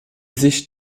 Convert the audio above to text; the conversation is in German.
sich